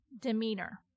demeanor